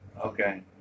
Okay